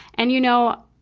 and, you know,